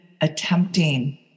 attempting